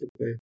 okay